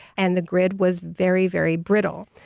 and the grid was very, very brittle.